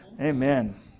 Amen